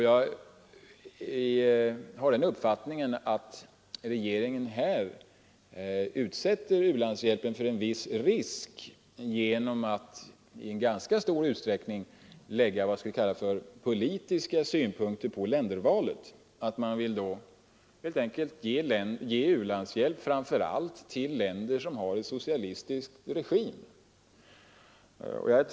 Jag har den uppfattningen att regeringen här utsätter u-landshjälpen för en viss risk genom att i ganska stor utsträckning lägga vad man kan kalla politiska synpunkter på ländervalet. Man vill helt enkelt ge u-hjälp framför allt till länder som har en socialistisk regim.